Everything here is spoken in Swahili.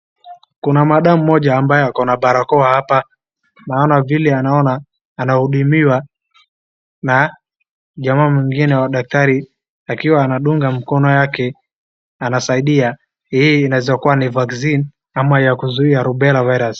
Kuna maadam mmoja ambaye ako na barakoa hapa. Naona vile anaona, anahudumiwa na jamaa mwingine daktari akiwa anadunga mkono yake. Hii inaweza kuwa ni vaccine ama ya kuzuia Rubella virus.